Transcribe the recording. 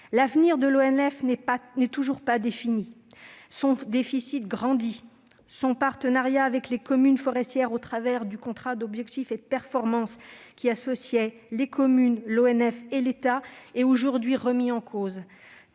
L'avenir de l'ONF n'est toujours pas défini ; son déficit grandit et son partenariat avec les communes forestières, le contrat d'objectifs et de performance qui associait les communes, l'ONF et l'État, est aujourd'hui remis en cause,